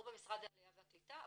או במשרד העלייה והקליטה,